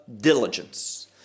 diligence